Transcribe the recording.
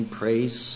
praise